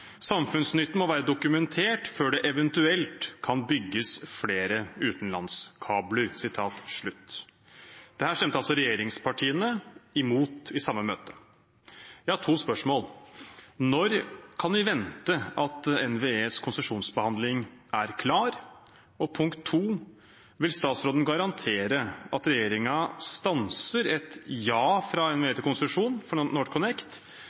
Samfunnsnytten må være dokumentert før det eventuelt kan bygges flere utenlandskabler.» Dette stemte altså regjeringspartiene imot i samme møte. Jeg har to spørsmål. Spørsmål 1: Når kan vi vente at NVEs konsesjonsbehandling er klar? Spørsmål 2: Vil statsråden garantere at regjeringen stanser et ja fra NVE til konsesjon for NorthConnect